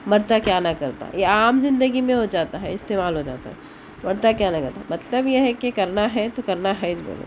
مرتا کیا نہ کرتا یہ عام زندگی میں ہوجاتا ہے استعمال ہو جاتا ہے مرتا کیا نہ کرتا مطلب یہ ہے کہ کرنا ہے تو کرنا ہے اچ بولے تو